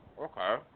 Okay